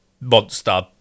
monster